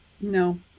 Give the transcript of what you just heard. No